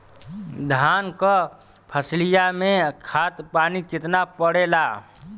धान क फसलिया मे खाद पानी कितना पड़े ला?